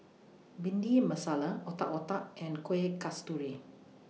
Bhindi Masala Otak Otak and Kueh Kasturi